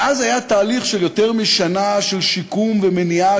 ואז היה תהליך של יותר משנה של שיקום ומניעה